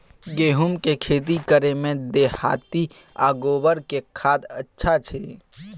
गेहूं के खेती करे में देहाती आ गोबर के खाद अच्छा छी?